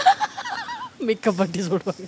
make-up artist ஓடுவாங்க:oduvaanga